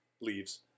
leaves